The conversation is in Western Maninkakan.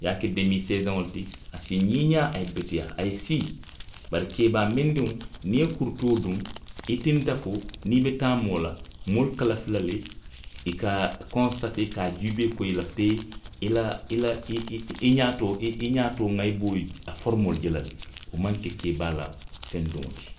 I ye a ke demii seesoŋo ti, i si ňiiňaa, a ye beteyaa, a ye sii. Bari keebaa mendiŋo, niŋ i ye kurutoo duŋ. i tinta ko niŋ i be taamoo la, moolu ka lafila le, i ka a konsitatee, ka a juubee ko i lafita i ye, i la, i la. i. i, i xaatoo, i ňaatoo ŋayiboo i ye, a forumoo je la le, wo maŋ ke keebaa la feŋ duŋo ti.